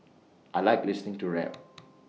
I Like listening to rap